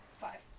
Five